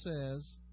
says